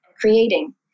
creating